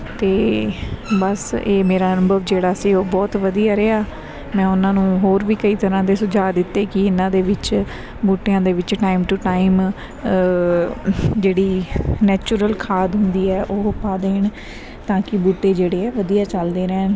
ਅਤੇ ਬਸ ਇਹ ਮੇਰਾ ਅਨੁਭਵ ਜਿਹੜਾ ਸੀ ਉਹ ਬਹੁਤ ਵਧੀਆ ਰਿਹਾ ਮੈਂ ਉਹਨਾਂ ਨੂੰ ਹੋਰ ਵੀ ਕਈ ਤਰ੍ਹਾਂ ਦੇ ਸੁਝਾਅ ਦਿੱਤੇ ਕਿ ਇਹਨਾਂ ਦੇ ਵਿੱਚ ਬੂਟਿਆਂ ਦੇ ਵਿੱਚ ਟਾਈਮ ਟੂ ਟਾਈਮ ਜਿਹੜੀ ਨੈਚੁਰਲ ਖਾਦ ਹੁੰਦੀ ਹੈ ਉਹ ਪਾ ਦੇਣ ਤਾਂ ਕਿ ਬੂਟੇ ਜਿਹੜੇ ਹੈ ਵਧੀਆ ਚੱਲਦੇ ਰਹਿਣ